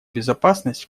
безопасность